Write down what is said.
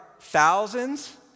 thousands